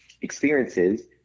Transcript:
experiences